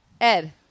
Ed